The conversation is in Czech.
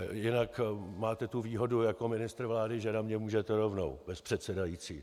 Jinak máte tu výhodu jako ministr vlády, že na mě můžete rovnou bez předsedající.